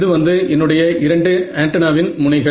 இது வந்து என்னுடைய இரண்டு ஆன்டென்னாவின் முனைகள்